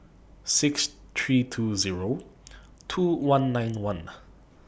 six three two Zero two one nine one